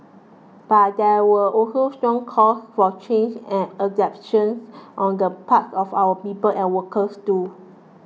but there were also strong calls for changes and adaptations on the part of our people and workers too